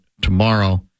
tomorrow